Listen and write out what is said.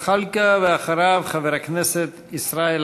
חבר הכנסת ג'מאל זחאלקה,